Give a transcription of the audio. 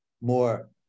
more